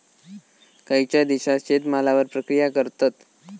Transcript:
खयच्या देशात शेतमालावर प्रक्रिया करतत?